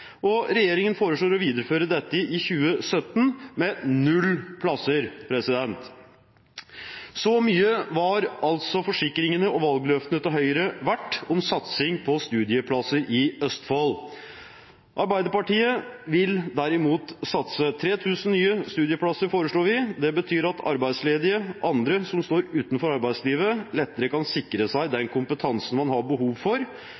og regjeringen foreslår å videreføre dette i 2017 – med 0 plasser. Så mye var altså forsikringene og valgløftene til Høyre verdt når det gjelder satsing på studieplasser i Østfold. Arbeiderpartiet vil derimot satse: 3 000 nye studieplasser foreslår vi. Det betyr at arbeidsledige og andre som står utenfor arbeidslivet, lettere kan sikre seg den kompetansen man har behov for,